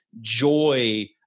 joy